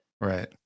Right